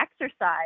exercise